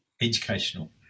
educational